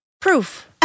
proof